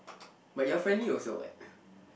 but you're friendly also what